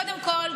קודם כול,